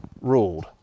ruled